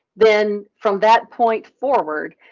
then from that point forward,